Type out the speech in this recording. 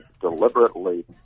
deliberately